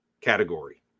category